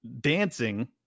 dancing